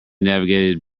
navigated